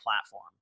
platform